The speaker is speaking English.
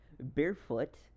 barefoot